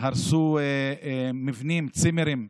הרסו מבנים, צימרים,